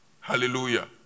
Hallelujah